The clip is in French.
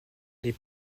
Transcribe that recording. les